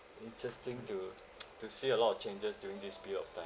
interesting to to see a lot of changes during this period of time